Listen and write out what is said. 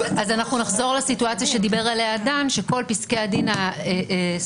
נחזור לסיטואציה שדיבר עליה דן שכל פסקי הדין ה"סתומים",